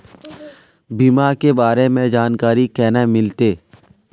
बीमा के बारे में जानकारी केना मिलते?